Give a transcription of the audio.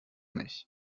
nicht